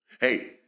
Hey